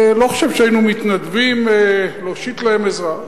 לא חושב שהיינו מתנדבים להושיט להם עזרה.